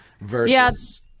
Versus